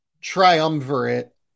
triumvirate